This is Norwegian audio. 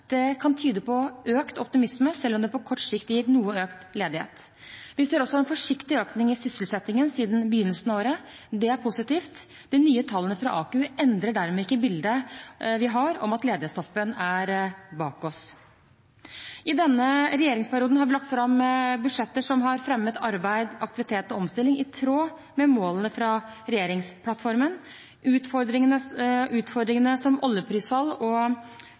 Det kan tyde på økt optimisme, selv om det på kort sikt gir noe økt ledighet. Vi ser også en forsiktig økning i sysselsettingen siden begynnelsen av året. Det er positivt. De nye tallene fra AKU endrer dermed ikke bildet vi har av at ledighetstoppen er bak oss. I denne regjeringsperioden har vi lagt fram budsjetter som har fremmet arbeid, aktivitet og omstilling, i tråd med målene fra regjeringsplattformen. Utfordringer som oljeprisfall og